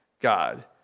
God